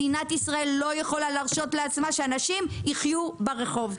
מדינת ישראל לא יכולה להרשות לעצמה שאנשים יחיו ברחוב.